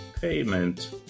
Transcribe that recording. payment